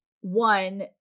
one